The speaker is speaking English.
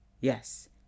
Yes